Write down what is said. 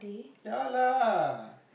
ya lah